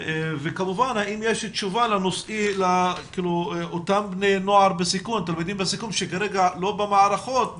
וכמובן האם יש תשובה לאותם בני נוער תלמידים בסיכון שכרגע לא במערכות,